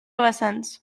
vessants